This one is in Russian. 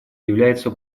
является